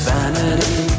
Vanity